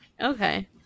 Okay